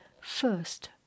first